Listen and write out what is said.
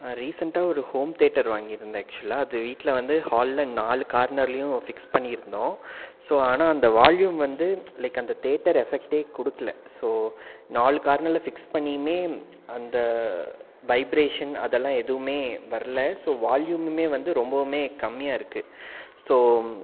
ரீசன்ட்டாக ஒரு home theatre வாங்கிருந்தேன் ஆக்சுவலாக அது வீட்டில் வந்து ஹாலில் நாலு கார்னர்லையும் ஃபிக்ஸ் பண்ணி இருந்தோம் ஸோ ஆனால் அந்த வால்யூம் வந்து லைக் அந்த தியேட்டர் எஃபெக்ட்டே கொடுக்குல ஸோ நாலு கார்னரில் ஃபிக்ஸ் பண்ணியுமே அந்த வைப்ரேஷன் அதெலாம் எதுமே வரல ஸோ வால்யூமுமே வந்து ரொம்பவமே கம்மியாக இருக்கு ஸோ